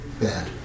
bad